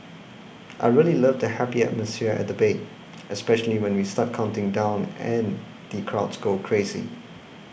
I really love the happy atmosphere at the bay especially when we start counting down and the crowds go crazy